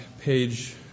page